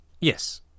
Yes